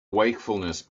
wakefulness